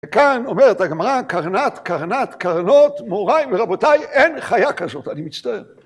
וכאן אומרת הגמרא, קרנת קרנת קרנות, מוריי ורבותיי, אין חיה כזאת, אני מצטער.